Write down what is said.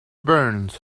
burns